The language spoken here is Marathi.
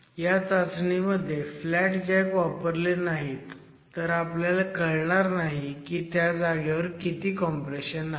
ह्या चाचणी मध्ये फ्लॅट जॅक वापरले नाहीत तर आपल्याला कळणार नाही की त्या जागेवर किती कॉम्प्रेशन आहे